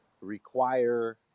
require